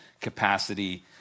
capacity